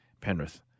Penrith